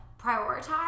prioritize